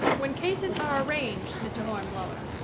when cases are arranged, mr. hornblower,